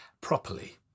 properly